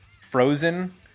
Frozen